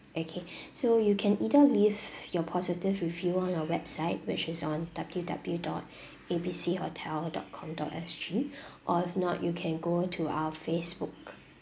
okay so you can either leave your positive review on our website which is on w w dot A B C hotel dot com dot sg or if not you can go to our facebook